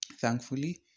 Thankfully